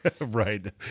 Right